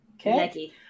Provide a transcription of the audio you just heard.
Okay